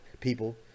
people